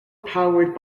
powered